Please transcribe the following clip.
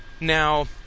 Now